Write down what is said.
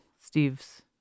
Steve's